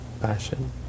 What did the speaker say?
passion